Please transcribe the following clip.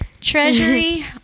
Treasury